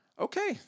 Okay